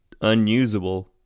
unusable